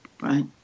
Right